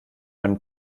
einem